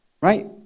Right